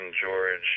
George